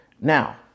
Now